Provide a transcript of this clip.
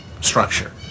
structure